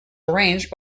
arranged